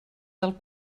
del